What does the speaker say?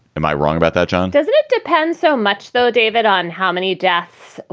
am i wrong about that, john? doesn't it depend so much, though, david, on how many deaths,